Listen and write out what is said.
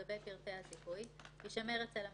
המפורטים בסעיף קטן (א)(1), (2) ו-(4),